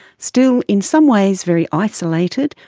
still in some ways very isolated,